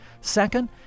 Second